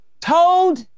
told